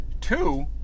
Two